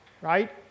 right